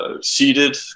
seated